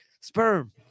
sperm